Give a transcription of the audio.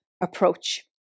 approach